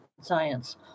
science